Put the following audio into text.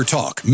Talk